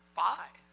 five